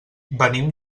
venim